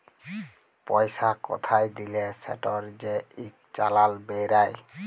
পইসা কোথায় দিলে সেটর যে ইক চালাল বেইরায়